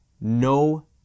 no